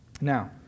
Now